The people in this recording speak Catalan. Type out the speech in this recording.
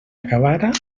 acabar